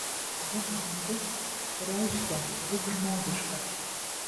būk žmogus reiškia būk žmogiškas